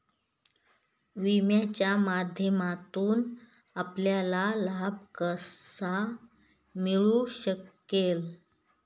विम्याच्या माध्यमातून आपल्याला लाभ कसा मिळू शकेल?